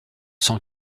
cent